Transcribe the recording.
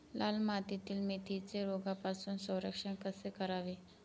लाल मातीतील मेथीचे रोगापासून संरक्षण कसे करावे?